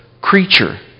Creature